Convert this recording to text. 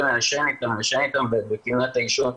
לעשן איתם בפינת העישון.